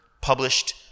published